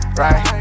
right